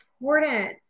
important